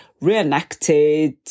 reenacted